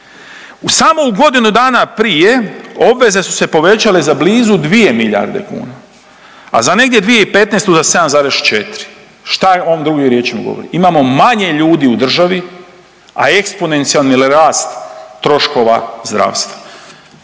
U samo godinu dana prije obveze su se povećale za blizu 2 milijarde kuna, a za negdje 2015. na 7,4, šta vam ovo drugim riječima govori, imamo manje ljudi u državi, a eksponencijalni rast troškova zdravstva.